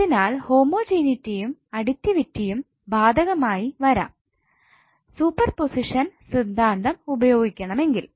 അതിനാൽ ഹോമോജിനിറ്റിയും അഡിടിവിറ്റിയും ബാധകമായി വരാം സൂപ്പർപോസിഷൻ സിദ്ധാന്തം ഉപയോഗിക്കണമെങ്കിൽ